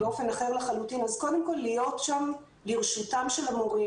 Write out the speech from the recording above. זאת חייבת להיות אמירה מאוד ברורה.